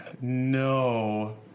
No